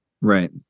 Right